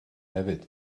hefyd